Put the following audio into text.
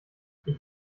ich